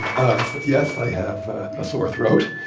yes, i have a sore throat.